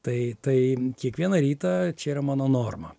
tai tai kiekvieną rytą čia yra mano norma